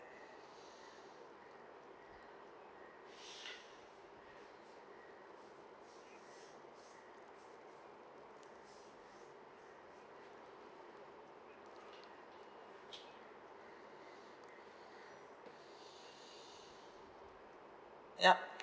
yup